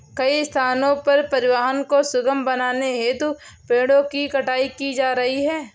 कई स्थानों पर परिवहन को सुगम बनाने हेतु पेड़ों की कटाई की जा रही है